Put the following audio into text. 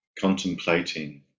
contemplating